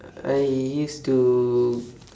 I used to